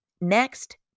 Next